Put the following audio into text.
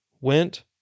went